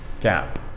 gap